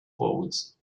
poles